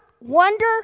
wonder